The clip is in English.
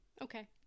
Okay